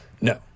No